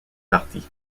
parti